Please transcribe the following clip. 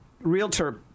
realtor